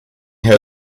her